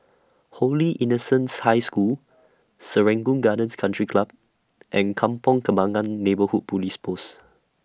Holy Innocents' High School Serangoon Gardens Country Club and Kampong Kembangan Neighbourhood Police Post